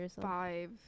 five